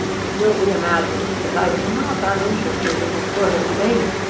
it will be imagined that i was not uninterested in this sort of debate.